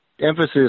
emphasis